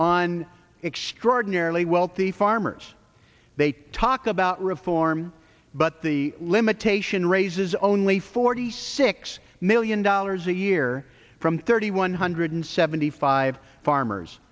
on extraordinarily wealthy farmers they talk about reform but the limitation raises only forty six million dollars a year from thirty one hundred seventy five farmers